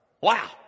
Wow